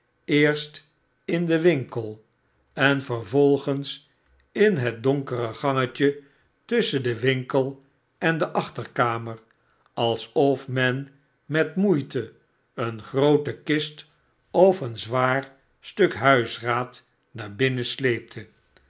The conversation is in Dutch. eerst in den winkel en vervolgens in het donkere jgangetje tusschen den winkel en de achterkamer alsofmen met moeite eene groote kist of een zwaar stuk huisraad naar binnen sleepte